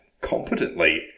competently